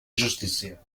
justícia